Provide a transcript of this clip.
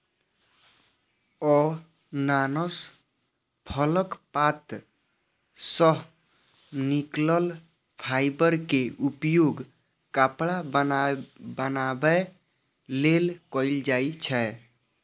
अनानास फलक पात सं निकलल फाइबर के उपयोग कपड़ा बनाबै लेल कैल जाइ छै